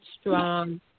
strong